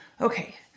okay